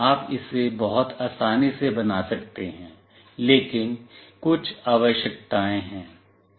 आप इसे बहुत आसानी से बना सकते हैं लेकिन कुछ आवश्यकताएं हैं